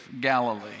Galilee